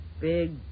Big